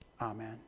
amen